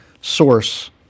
source